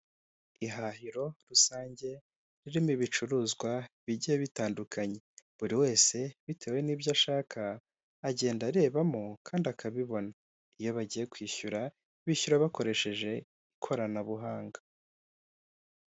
Ihahiro rusange ririmo ibicuruzwa bigiye bitandukanye, buri wese bitewe n'ibyo ashaka agenda arebamo kandi akabibona, iyo bagiye kwishyura bishyura bakoresheje ikoranabuhanga.